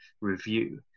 review